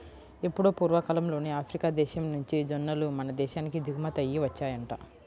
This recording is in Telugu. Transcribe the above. ఎప్పుడో పూర్వకాలంలోనే ఆఫ్రికా దేశం నుంచి జొన్నలు మన దేశానికి దిగుమతయ్యి వచ్చాయంట